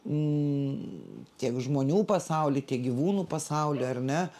n tiek žmonių pasauly tiek gyvūnų pasauly ar ne